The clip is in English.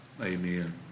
Amen